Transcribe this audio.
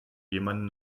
jemanden